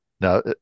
Now